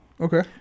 Okay